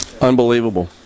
Unbelievable